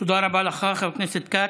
תודה רבה לך, חבר הכנסת כץ.